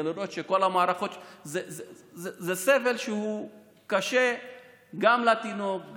זה סבל שהוא קשה גם לתינוק,